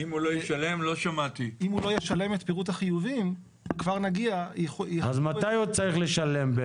אם הוא לא ישלם את פירוט החיובים --- אז מתי הוא צריך לשלם?